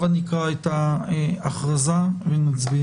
הבה נקרא את ההכרזה ונצביע.